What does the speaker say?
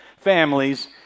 families